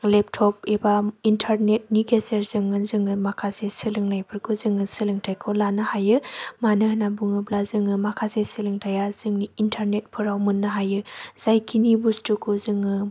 laptop एबा इन्टारनेटनि गेजेरजोंनो जोङो माखासे सोलोंनायफोरखौ जोङो सोलोंथाइखौ लानो हायो मानो होना बुङोब्ला जोङो माखासे सोलोंथाइया जोंनि इन्टारनेटफोराव मोननो हायो जायखिनि बुस्तुखौ जोङो